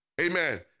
amen